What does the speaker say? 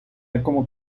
якому